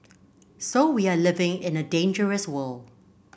so we are living in a dangerous world